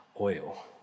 oil